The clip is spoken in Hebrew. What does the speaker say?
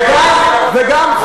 וגם,